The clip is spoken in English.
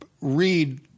Read